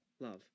love